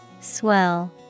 Swell